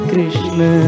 Krishna